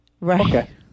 Right